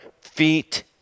feet